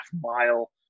mile